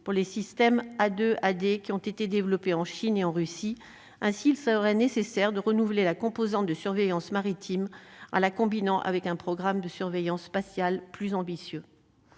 pour les systèmes à 2 années qui ont été développés en Chine et en Russie, ainsi il serait nécessaire de renouveler la composante de surveillance maritime à la combinant avec un programme de surveillance spatial plus ambitieux,